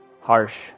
harsh